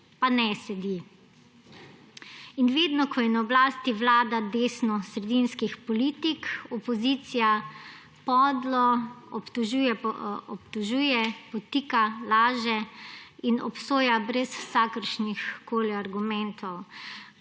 pa ne sedi. In vedno, ko je na oblasti vlada desnosredinskih politik, opozicija podlo obtožuje, podtika, laže in obsoja brez vsakršnih koli argumentov.